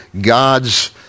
God's